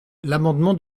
l’amendement